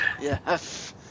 yes